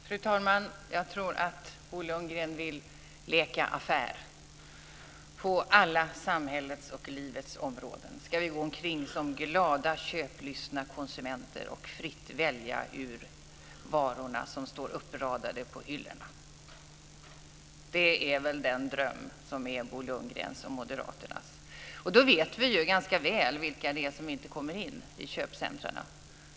Fru talman! Jag tror att Bo Lundgren vill leka affär. På alla samhällets och livets områden ska vi gå omkring som glada, köplystna konsumenter och fritt välja bland varorna som står uppradade på hyllorna. Det är väl den dröm som är Bo Lundgrens och Moderaternas. Då vet vi ju ganska väl vilka det är som inte kommer in i köpcentrumen.